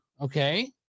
Okay